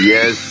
Yes